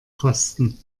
kosten